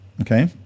Okay